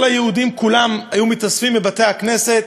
כל היהודים כולם היו מתאספים בבתי-הכנסת,